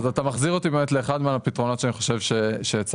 אז אתה מחזיר אותי באמת לאחד מהפתרונות שאני חושב שהצגנו.